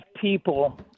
people